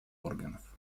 органов